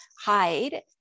hide